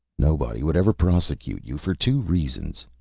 nobody would ever prosecute you, for two reasons,